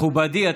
מכובדי,